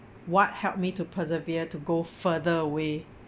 what helped me to persevere to go further away